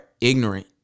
ignorant